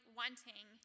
wanting